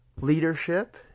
leadership